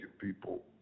people